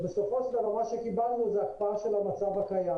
ובסופו של דבר מה שקיבלנו זה הקפאה של המצב הקיים.